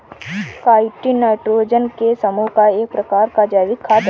chitin nitrogen के समूह का एक प्रकार का जैविक खाद है